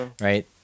right